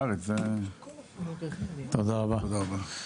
תודה רבה.